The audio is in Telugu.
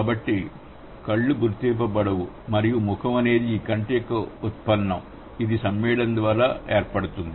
కాబట్టి కళ్ళు గుర్తింప బడవు మరియు ముఖం అనేది కంటి యొక్క ఉత్పన్నం ఇది సమ్మేళనం ద్వారా ఏర్పడుతుంది